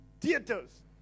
Theaters